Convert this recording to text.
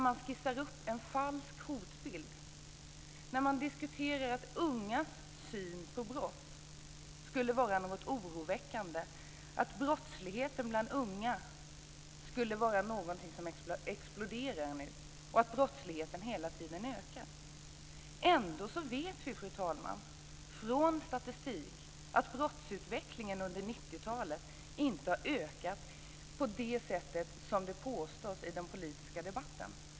Man skissar upp en falsk hotbild och diskuterar att ungas syn på brott skulle vara något oroväckande. Vidare säger man att brottsligheten bland unga exploderar nu och att brottsligheten hela tiden ökar. Fru talman! Ändå vet vi från statistik att brottsutvecklingen under 90-talet inte har ökat på det sätt som det påstås i den politiska debatten.